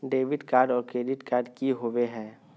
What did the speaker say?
Debit card और credit card की होवे हय?